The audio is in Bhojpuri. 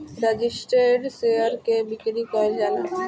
रजिस्टर्ड शेयर के बिक्री कईल जाला